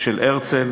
של הרצל